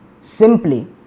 simply